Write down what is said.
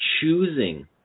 choosing